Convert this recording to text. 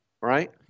right